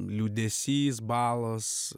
liūdesys balos